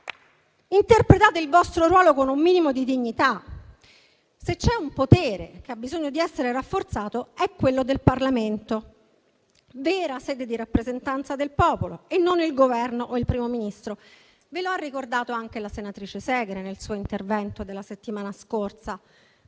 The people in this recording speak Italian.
Interpretate il vostro ruolo con un minimo di dignità. Se c'è un potere che ha bisogno di essere rafforzato, è quello del Parlamento, vera sede di rappresentanza del popolo e non il Governo o il Primo Ministro. Ve lo ha ricordato anche la senatrice Segre nel suo intervento della settimana scorsa,